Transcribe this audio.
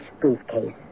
briefcase